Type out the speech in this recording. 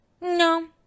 no